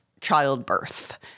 childbirth